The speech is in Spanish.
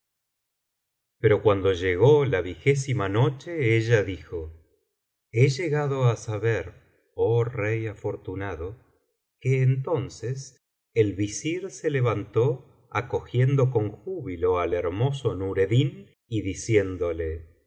pero cuando lleó la q noche ella dijo he llegado á saber oh rey afortunado que entonces el visir se levantó acogiendo con júbilo ai hermoso nureddin y diciéndole